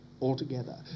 Altogether